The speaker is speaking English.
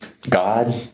God